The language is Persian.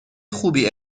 خوبی